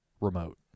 remote